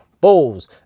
balls